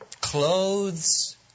clothes